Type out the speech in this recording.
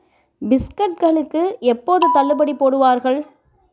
பிஸ்கட்களுக்கு எப்போது தள்ளுபடி போடுவார்கள்